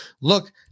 Look